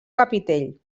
capitell